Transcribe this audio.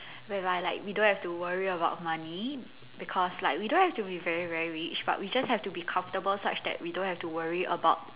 whereby like we don't have to worry about money because like we don't have to be very very rich but we just have to be comfortable such that we don't have to worry about